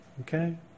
Okay